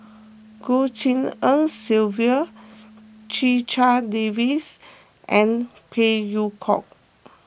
Goh Tshin En Sylvia Checha Davies and Phey Yew Kok